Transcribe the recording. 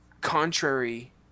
contrary